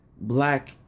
Black